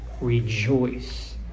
rejoice